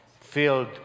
filled